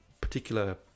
particular